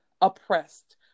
oppressed